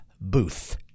Booth